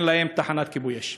אין להן תחנת כיבוי אש.